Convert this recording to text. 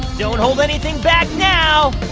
don't hold anything back now